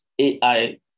AI